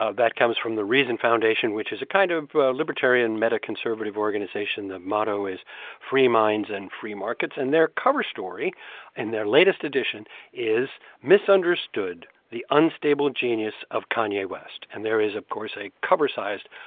that comes from the reason foundation, which is a kind of libertarian, metaconservative organization. the motto is free minds and free markets. and their cover story in their latest edition is misunderstood the unstable genius of kanye west. and there is, of course, a cover-sized,